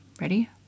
Ready